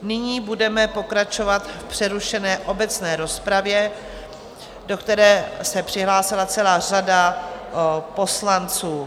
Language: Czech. Nyní budeme pokračovat v přerušené obecné rozpravě, do které se přihlásila celá řada poslanců.